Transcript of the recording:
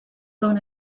blown